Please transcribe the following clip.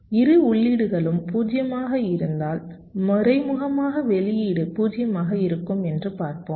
இரு உள்ளீடுகளும் 0 வாக இருந்தால் மறைமுகமாக வெளியீடு 0 ஆக இருக்கும் என்று பார்ப்போம்